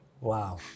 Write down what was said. Wow